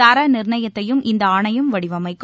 தரநிர்ணயத்தையும் இந்த ஆணையம் வடிவமைக்கும்